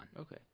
Okay